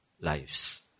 lives